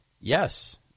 Yes